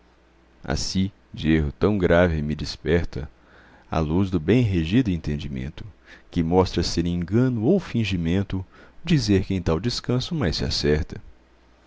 desconserta assi de erro tão grave me desperta a luz do bem regido entendimento que mostra ser engano ou fingimento dizer que em tal descanso mais se acerta